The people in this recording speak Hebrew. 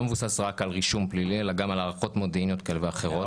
לא מבוסס רק על רישום פלילי אלא גם על הערכות מודיעיניות כאלה ואחרות.